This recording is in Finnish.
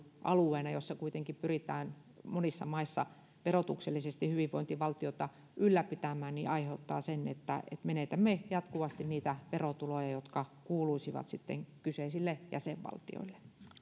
alueena jossa kuitenkin pyritään monissa maissa verotuksellisesti hyvinvointivaltiota ylläpitämään tämä aiheuttaa sen että menetämme jatkuvasti niitä verotuloja jotka kuuluisivat kyseisille jäsenvaltioille